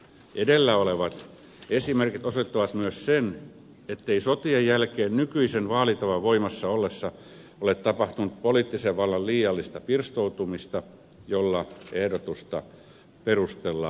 edellä olevat esimerkit osoittavat myös sen ettei sotien jälkeen nykyisen vaalitavan voimassa ollessa ole tapahtunut poliittisen vallan liiallista pirstoutumista jolla ehdotusta perustellaan